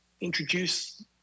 introduce